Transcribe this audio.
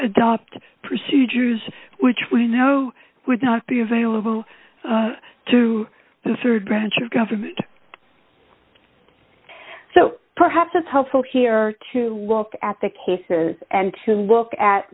adopt procedures which we know would not be available to the rd branch of government so perhaps it's helpful here to look at the cases and to look at